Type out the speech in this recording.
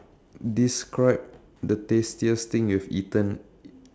describe the tastiest thing you have eaten